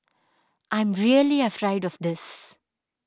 I am really afraid of this